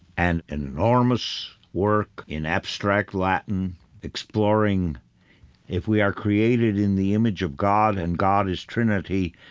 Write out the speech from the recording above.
an enormous work in abstract latin exploring if we are created in the image of god and god is trinity,